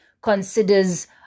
considers